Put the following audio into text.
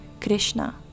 Krishna